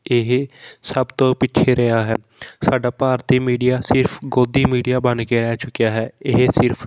ਇਹ ਸਭ ਤੋਂ ਪਿੱਛੇ ਰਿਹਾ ਹੈ ਸਾਡਾ ਭਾਰਤੀ ਮੀਡੀਆ ਸਿਰਫ ਗੋਦੀ ਮੀਡੀਆ ਬਣ ਕੇ ਰਹਿ ਚੁੱਕਿਆ ਹੈ ਇਹ ਸਿਰਫ